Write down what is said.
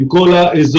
עם כל האזור,